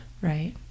right